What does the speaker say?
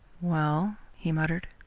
well? he muttered.